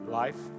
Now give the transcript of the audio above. life